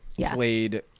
played